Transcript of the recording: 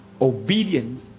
Obedience